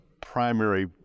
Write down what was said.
primary